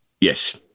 Yes